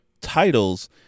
titles